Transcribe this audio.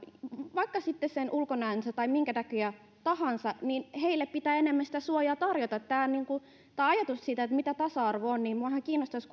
vaikka sitten sen ulkonäkönsä tai minkä takia tahansa niin heille pitää enemmän sitä suojaa tarjota tämä ajatus siitä että mitä tasa arvo on niin minua ihan kiinnostaisi